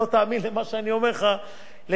ליעקב כהן ממס הכנסה,